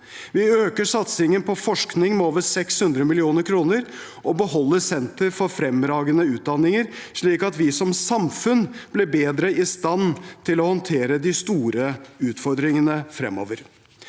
Vi øker satsingen på forskning med over 600 mill. kr og beholder Senter for fremragende utdanning, slik at vi som samfunn blir bedre i stand til å håndtere de store utfordringene fremover.